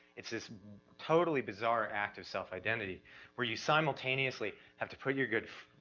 it's this totally bizarre act of self-identity, where you simultaneously have to put your good,